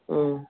ಹ್ಞೂ